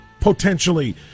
potentially